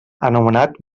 anomenat